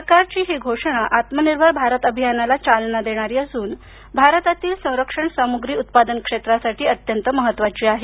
सरकारची ही घोषणा आत्मनिर्भर भारत अभियानाला चालना देणारी असून भारतातील संरक्षण सामुग्री उत्पादन क्षेत्रासाठी अत्यंत महत्वाची आहे